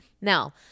Now